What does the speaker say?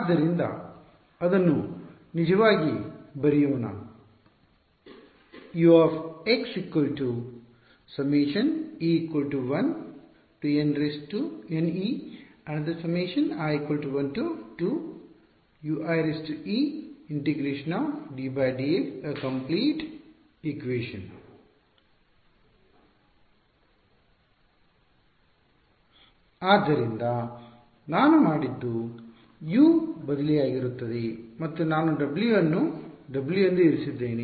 ಆದ್ದರಿಂದ ಅದನ್ನು ನಿಜವಾಗಿ ಬರೆಯೋಣ ಆದ್ದರಿಂದ ನಾನು ಮಾಡಿದ್ದು U ಬದಲಿಯಾಗಿರುತ್ತದೆ ಮತ್ತು ನಾನು w ಅನ್ನು w ಎಂದು ಇರಿಸಿದ್ದೇನೆ